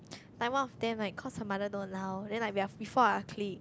like one of them like cause her mother don't allow then like we are we four are a clique